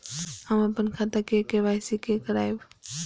हम अपन खाता के के.वाई.सी के करायब?